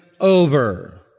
over